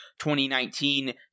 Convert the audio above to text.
2019